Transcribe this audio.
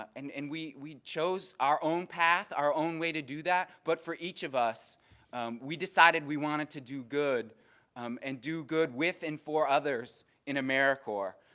and and we we chose our own path, our own way to do that, but for each of us we decided we wanted to do good um and do good with and for others in americorps.